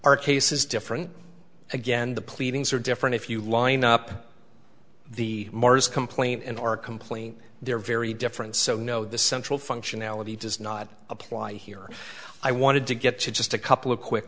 our case is different again the pleadings are different if you line up the mars complaint in our complaint they're very different so no the central functionality does not apply here i wanted to get to just a couple of quick